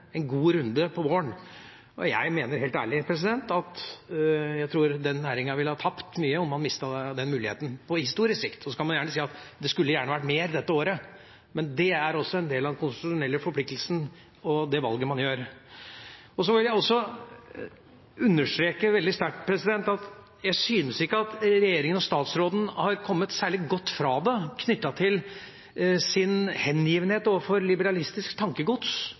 en god runde på våren. Jeg mener helt ærlig at jeg tror den næringen ville ha tapt mye om vi mistet den muligheten – på historisk sikt. Så kan man gjerne si at det skulle gjerne vært mer dette året, men det er også en del av den konstitusjonelle forpliktelsen og det valget man gjør. Så vil jeg også understreke veldig sterkt at jeg syns ikke at regjeringen og statsråden har kommet særlig godt fra det, knyttet til deres hengivenhet overfor liberalistisk tankegods